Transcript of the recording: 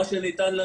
אני יודעת.